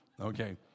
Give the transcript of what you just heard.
Okay